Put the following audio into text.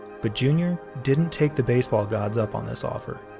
but junior didn't take the baseball gods up on this offer